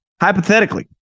hypothetically